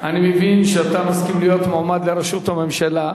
אני מבין שאתה מסכים להיות מועמד לראשות הממשלה,